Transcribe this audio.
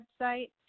website